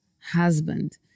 husband